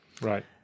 Right